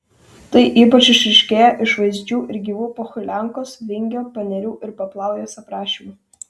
tai ypač išryškėja iš vaizdžių ir gyvų pohuliankos vingio panerių ir paplaujos aprašymų